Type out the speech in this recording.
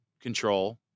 control